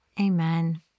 Amen